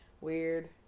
weird